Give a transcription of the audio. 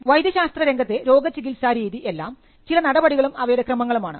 വൈദ്യശാസ്ത്രരംഗത്തെ രോഗ ചികിത്സാ രീതി എല്ലാം ചില നടപടികളും അവയുടെ ക്രമങ്ങളും ആണ്